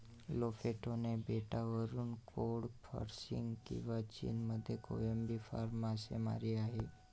Lofoten बेटावरून cod fishing किंवा चीनमध्ये कोळंबी फार्म मासेमारी आहे